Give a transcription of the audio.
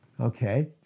Okay